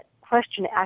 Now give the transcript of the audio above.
question